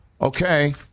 Okay